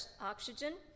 oxygen